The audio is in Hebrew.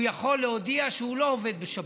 הוא יכול להודיע שהוא לא עובד בשבת.